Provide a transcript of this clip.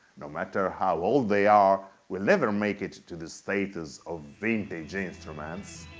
no matter how old they are, will never make it to the status of vintage instruments?